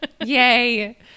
yay